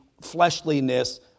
fleshliness